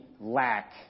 lack